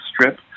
Strip